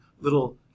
little